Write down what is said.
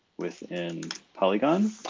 within polygon.